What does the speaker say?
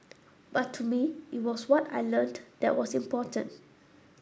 but to me it was what I learnt that was important